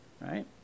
right